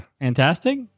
Fantastic